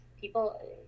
people